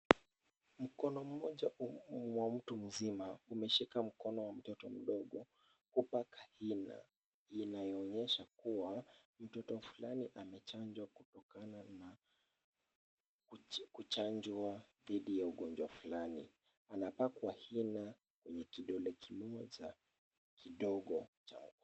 Mkono mmoja wa mtu mzima umeshika mkono wa mtoto mdogo kupaka hina inayoonyesha kuwa mtoto fulani amechanjwa kutokana na kuchanjwa dhidi ya ugonjwa fulani. Anapakwa hina kwenye kidole kimoja kidogo.